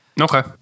Okay